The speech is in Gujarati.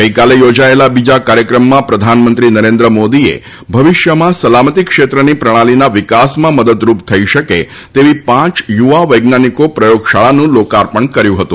ગઈકાલે યોજાયેલા બીજા કાર્યક્રમમાં પ્રધાનમંત્રી નરેન્દ્ર મોદીએ ભવિષ્યમાં સલામતી ક્ષેત્રની પ્રણાલીના વિકાસમાં મદદરૂપ થઈ શકે તેવી પાંચ યુવા વૈજ્ઞાનિકો પ્રયોગ શાળાઓનું લોકાર્પણ કર્યું હતું